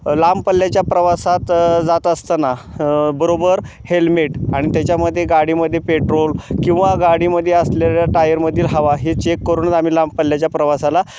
लांब पल्ल्याच्या प्रवासात जात असताना बरोबर हेल्मेट आणि त्याच्यामध्ये गाडीमध्ये पेट्रोल किंवा गाडीमध्ये असलेल्या टायरमधील हवा हे चेक करून आम्ही लांब पल्ल्याच्या प्रवासाला